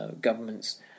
governments